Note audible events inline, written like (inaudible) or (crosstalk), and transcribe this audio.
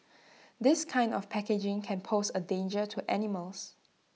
(noise) this kind of packaging can pose A danger to animals